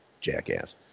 jackass